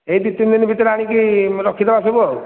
ଏଇ ଦୁଇ ତିନି ଦିନ ଭିତରେ ଆଣିକି ରଖିଦବା ସବୁ ଆଉ